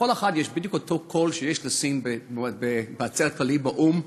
לכל אחת יש בדיוק אותו קול שיש לסין בעצרת הכללית של האו"ם.